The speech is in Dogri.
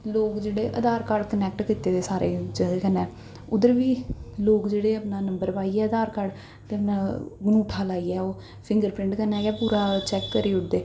लोग जेह्ड़े आधार कार्ड कनैक्ट कीते दे सारे जेह्दे कन्नै उद्धर बी लोग जेह्ड़े अपना नंबर पाइयै आधार कार्ड ते कन्नै ङूठा लाइयै ओह् फिंगर प्रिंट कन्नै गै पूरा चैक्क करी ओड़दे